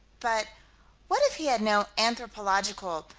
but what if he had no anthropological,